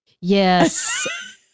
Yes